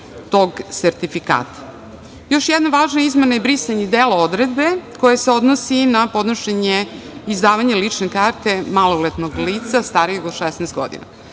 tog sertifikata. Još jedna važna izmena i brisanje dela odredbe koja se odnosi na podnošenje izdavanje lične karte maloletnog lica starijeg od 16 godina.